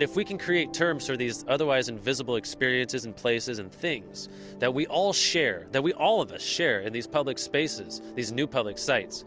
if we can create terms for these otherwise invisible experiences and places and things that we all share, that we all of us share, and these public spaces, these new public sites,